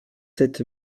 sept